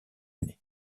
année